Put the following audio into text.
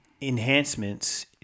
enhancements